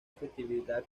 festividad